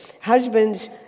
Husbands